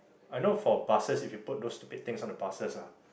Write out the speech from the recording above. I know for buses if you put those stupid thing on the buses ah